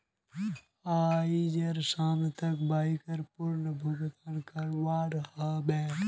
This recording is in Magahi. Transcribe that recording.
आइज शाम तक बाइकर पूर्ण भुक्तान करवा ह बे